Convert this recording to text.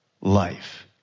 life